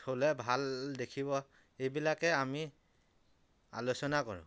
থ'লে ভাল দেখিব এইবিলাকে আমি আলোচনা কৰোঁ